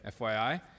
FYI